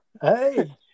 Hey